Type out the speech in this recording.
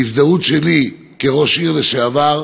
וההזדהות שלי כראש עיר לשעבר,